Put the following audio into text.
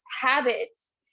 habits